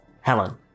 Helen